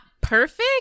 perfect